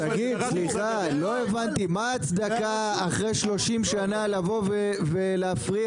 לא הבנתי, מה ההצדקה אחרי 30 שנה לבוא ולהפריע?